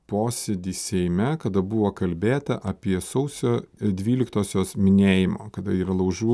posėdį seime kada buvo kalbėta apie sausio dvyliktosios minėjimą kada yra laužų